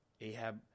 Ahab